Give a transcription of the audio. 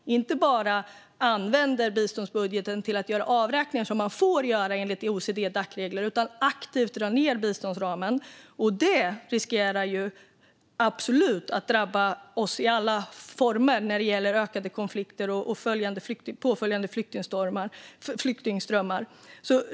Man inte bara använder biståndsramen till att göra avräkningar, som man får göra enligt OECD-Dac-regler, utan man drar aktivt ned biståndsramen. Det är något som absolut riskerar att drabba oss i alla former utifrån ökade konflikter och påföljande flyktingströmmar.